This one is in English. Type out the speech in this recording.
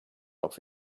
off